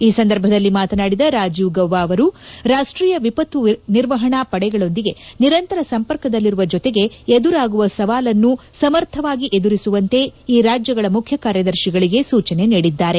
ಈ ಸಂದರ್ಭದಲ್ಲಿ ಮಾತನಾಡಿದ ರಾಜೀವ್ ಗೌಬ ಅವರು ರಾಷ್ಷೀಯ ವಿಪತ್ತು ನಿರ್ವಹಣಾ ಪಡೆಗಳೊಂದಿಗೆ ನಿರಂತರ ಸಂಪರ್ಕದಲ್ಲಿರುವ ಜೊತೆಗೆ ಎದುರಾಗುವ ಸವಾಲನ್ನು ಸಮರ್ಥವಾಗಿ ಎದುರಿಸುವಂತೆ ಈ ರಾಜ್ಯಗಳ ಮುಖ್ಯಕಾರ್ಯದರ್ಶಿಗಳಿಗೆ ಸೂಚನೆ ನೀಡಿದ್ದಾರೆ